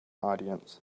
audience